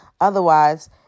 Otherwise